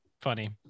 funny